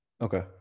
Okay